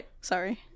Sorry